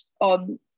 on